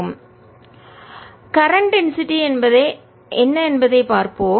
தற்போதைய current density அடர்த்தி என்ன என்பதைப் பார்ப்போம்